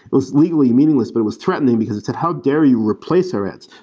it was legally meaningless, but it was threatening, because it said, how dare you replace our ads?